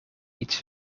iets